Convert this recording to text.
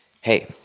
Hey